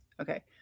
Okay